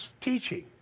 teaching